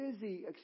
busy